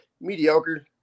mediocre